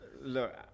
Look